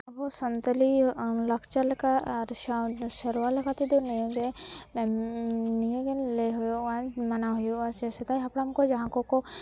ᱟᱵᱚ ᱥᱟᱱᱛᱟᱲᱤ ᱞᱟᱠᱪᱟᱨ ᱞᱮᱠᱟ ᱟᱨ ᱥᱟᱶ ᱥᱟᱨᱣᱟ ᱞᱮᱠᱟ ᱛᱮᱫᱚ ᱱᱤᱭᱟᱹ ᱜᱮ ᱱᱤᱭᱟᱹ ᱜᱮ ᱞᱟᱹᱭ ᱦᱩᱭᱩᱜᱼᱟ ᱥᱮ ᱢᱟᱱᱟᱣ ᱦᱩᱭᱩᱜᱼᱟ ᱥᱮ ᱥᱮᱫᱟᱭ ᱦᱟᱯᱲᱟᱢ ᱠᱚ ᱡᱟᱦᱟᱸ ᱠᱚᱠᱚ